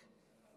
יש חוק אחר.